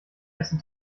erste